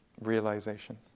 realization